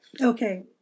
Okay